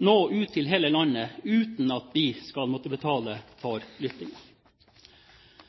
nå ut til hele landet, uten at vi skal måtte betale